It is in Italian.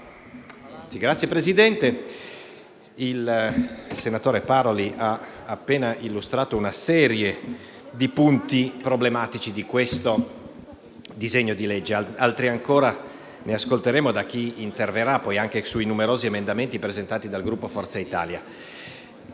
il senatore Paroli ha appena illustrato una serie di punti problematici del disegno di legge; ne ascolteremo altri ancora da chi interverrà anche sui numerosi emendamenti presentati dal Gruppo Forza Italia.